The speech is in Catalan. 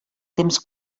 temps